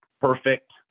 perfect